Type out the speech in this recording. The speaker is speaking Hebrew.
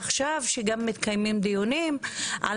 תסבירי